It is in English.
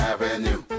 Avenue